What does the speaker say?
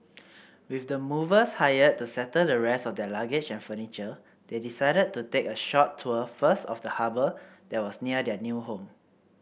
with the movers hired to settle the rest of their luggage and furniture they decided to take a short tour first of the harbour that was near their new home